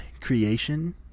creation